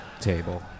table